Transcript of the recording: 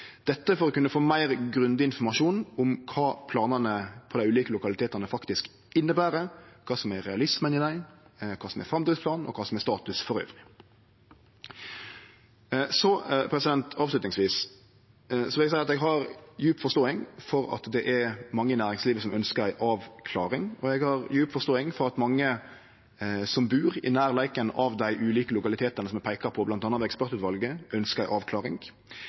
dette for å kunne få meir grundig informasjon om kva planane på dei ulike lokalitetane faktisk inneber, kva som er realismen i dei, kva som er framdriftsplanen, og kva som er status elles. Til avslutning vil eg seie at eg har djup forståing for at det er mange i næringslivet som ønskjer ei avklaring, og eg har djup forståing for at mange som bur i nærleiken av dei ulike lokalitetane som er peika på, bl.a. av ekspertutvalet, ønskjer ei avklaring.